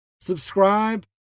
subscribe